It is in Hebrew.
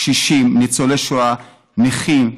קשישים, ניצולי שואה, נכים,